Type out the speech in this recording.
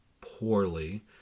poorly